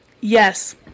Yes